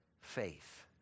faith